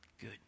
Good